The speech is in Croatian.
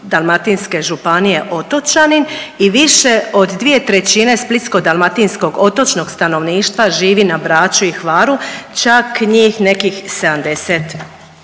Splitsko-dalmatinske županije otočanin, i više od 2/3 Splitsko-dalmatinskog otočnog stanovništva živi na Braču i Hvaru, čak njih nekih 70%.